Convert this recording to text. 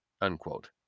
unquote